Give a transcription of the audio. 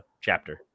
chapter